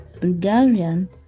Bulgarian